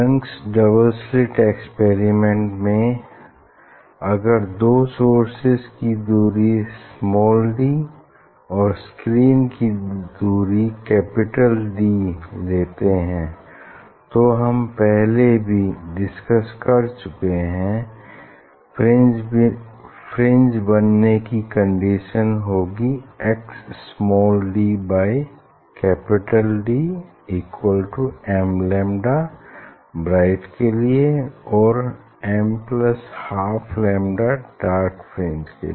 Young's double slit experiment में अगर दो सोर्सेज की दूरी स्माल डी और स्क्रीन की दूरी कैपिटल डी लेते हैं तो हम पहले भी डिसकस कर चुके हैं फ्रिंज बनने की कंडीशन होगी x small d by capital D equal to m lambda bright के लिए और m plus half lambda dark fringe के लिए